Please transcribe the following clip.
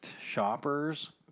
shoppers